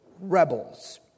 rebels